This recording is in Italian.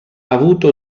avuto